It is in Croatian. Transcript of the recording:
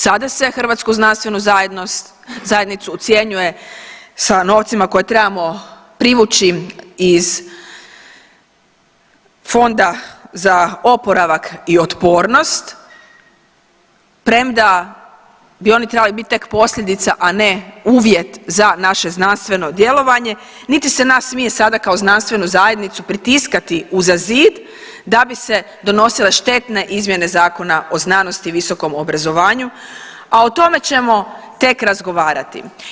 Sada se hrvatsku znanstvenu zajednost, zajednicu ucjenjuje sa novcima koje trebamo privući iz fonda za oporavak i otpornost, premda bi oni trebali biti tek posljedica, a ne uvjet za naše znanstveno djelovanje niti se nas smije sada kao znanstvenu zajednicu pritiskati uza zid da bi se donosile štetne izmjene Zakona o znanosti i visokom obrazovanju, a o tome ćemo tek razgovarati.